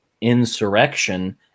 insurrection